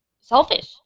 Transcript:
selfish